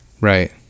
Right